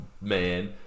man